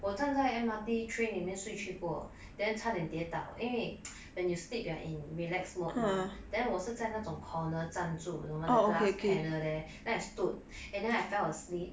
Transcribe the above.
我站在 M_R_T train 里面睡去过 then 差点跌倒因为 when you sleep you are in relax mode mah then 我是在那种 corner 站住的 mah the glass panel there then I stood and then I fell asleep